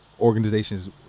organizations